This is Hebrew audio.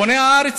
"בוני הארץ",